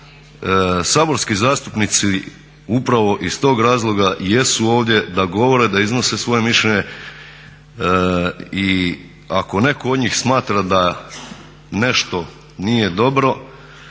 saborski zastupnici upravo iz tog razloga i jesu ovdje, da govore, da iznose svoje mišljenje i ako netko od njih smatra da nešto nije dobro